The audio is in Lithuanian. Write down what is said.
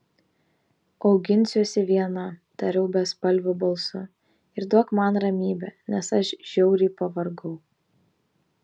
auginsiuosi viena tariau bespalviu balsu ir duok man ramybę nes aš žiauriai pavargau